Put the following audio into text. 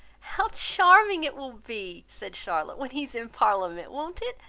how charming it will be, said charlotte, when he is in parliament won't it?